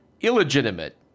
illegitimate